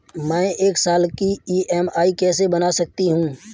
मैं एक साल की ई.एम.आई कैसे बना सकती हूँ?